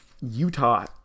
Utah